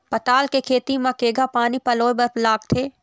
पताल के खेती म केघा पानी पलोए बर लागथे?